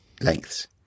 lengths